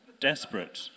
Desperate